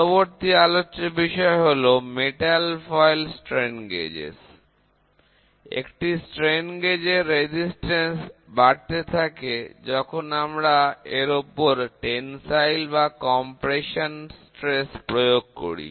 পরবর্তী আলোচ্য বিষয় হল ধাতব ফয়েল স্ট্রেন গেজ একটি স্ট্রেন গেজ এর প্রতিরোধ ক্ষমতা বাড়তে থাকে যখন আমরা এর ওপর প্রসারণসাধ্য বা সংকোচন পীড়ন প্রয়োগ করি